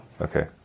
Okay